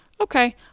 okay